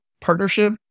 partnership